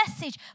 message